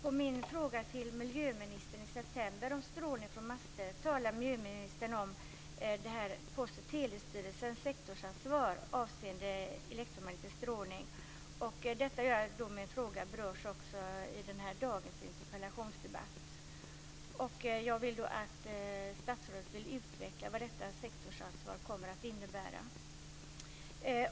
På min fråga till miljöministern i september om strålning från master talar miljöministern om Post och telestyrelsens sektorsansvar avseende elektromagnetisk strålning. Denna min fråga har också bäring på denna dags interpellationsdebatt. Jag skulle vilja att statsrådet utvecklar vad detta sektorsansvar kommer att innebära.